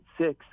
six